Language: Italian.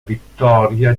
vittoria